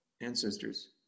ancestors